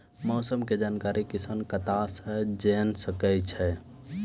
मौसम के जानकारी किसान कता सं जेन सके छै?